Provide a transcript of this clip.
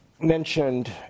mentioned